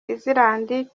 islands